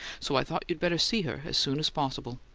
so i thought you'd better see her as soon as possible.